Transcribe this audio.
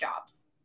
Jobs